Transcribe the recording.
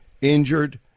injured